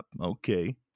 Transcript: Okay